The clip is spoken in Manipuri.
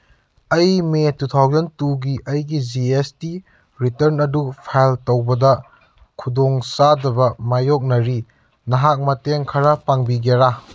ꯑꯩ ꯃꯦ ꯇꯨ ꯊꯥꯎꯖꯟ ꯇꯨꯒꯤ ꯑꯩꯒꯤ ꯖꯤ ꯑꯦꯁ ꯇꯤ ꯔꯤꯇꯔꯟ ꯑꯗꯨ ꯐꯥꯏꯜ ꯇꯧꯕꯗ ꯈꯨꯗꯣꯡꯆꯥꯗꯕ ꯃꯥꯏꯌꯣꯛꯅꯔꯤ ꯅꯍꯥꯛ ꯃꯇꯦꯡ ꯈꯔ ꯄꯥꯡꯕꯤꯒꯦꯔꯥ